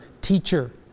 teacher